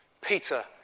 Peter